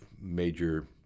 major